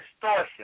distortion